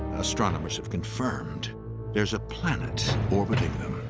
astronomers have confirmed there's a planet orbiting them.